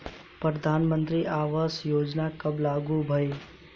प्रधानमंत्री आवास योजना कब लागू भइल?